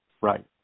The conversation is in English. Right